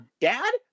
dad